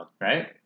right